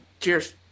Cheers